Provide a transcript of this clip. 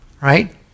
right